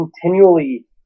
continually